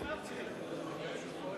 אני מאפריקה.